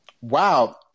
wow